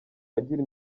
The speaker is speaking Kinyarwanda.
agira